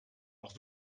auch